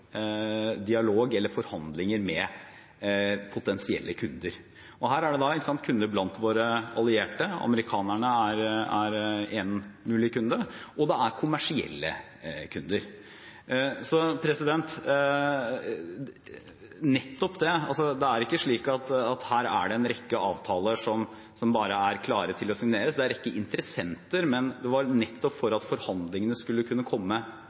dialog eller forhandlinger med potensielle kunder. Og her er det kunder blant våre allierte. Amerikanerne er én mulig kunde, og det er kommersielle kunder. Det er ikke slik at det er en rekke avtaler som bare er klare til å signeres. Det er en rekke interessenter, men det var nettopp for at forhandlingene skulle kunne komme